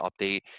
update